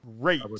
Great